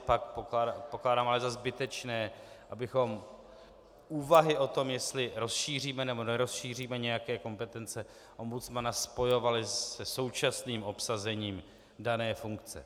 Pak pokládám ale za zbytečné, abychom úvahy o tom, jestli rozšíříme, nebo nerozšíříme nějaké kompetence ombudsmana, spojovali se současným obsazením dané funkce.